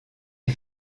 est